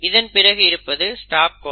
இதன் பிறகு இருப்பது ஸ்டாப் கோடன்